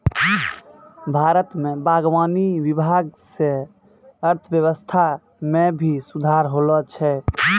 भारत मे बागवानी विभाग से अर्थव्यबस्था मे भी सुधार होलो छै